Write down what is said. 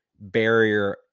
barrier